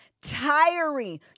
tiring